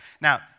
Now